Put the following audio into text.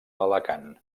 alacant